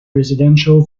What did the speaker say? residential